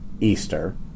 Easter